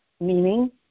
meaning